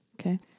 Okay